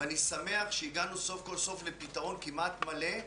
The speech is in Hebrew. ואני שמח שהגענו סוף כל סוף לפתרון כמעט מלא,